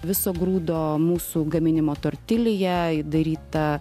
viso grūdo mūsų gaminimo tortilija įdaryta